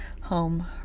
Home